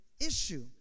issue